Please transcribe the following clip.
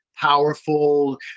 powerful